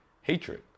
hatred